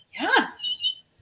Yes